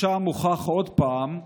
שם הוכח עוד פעם,